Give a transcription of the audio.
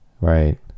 Right